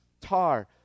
tar